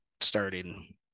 starting